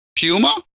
Puma